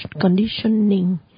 conditioning